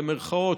במירכאות,